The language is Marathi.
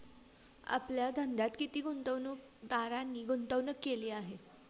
आपल्या धंद्यात किती गुंतवणूकदारांनी गुंतवणूक केली आहे?